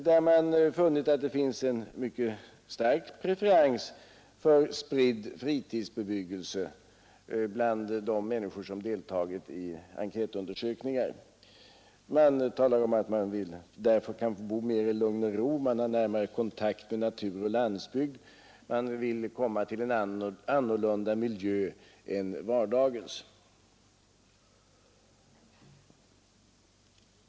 Man har då funnit att det finns en mycket stark preferens för spridd fritidsbebyggelse bland de människor som deltagit i enkätundersökningar; man talar om att man vill bo mera i lugn och ro, man vill ha närmare kontakt med natur och landsbygd, man vill komma till en annorlunda miljö än vardagens.